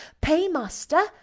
paymaster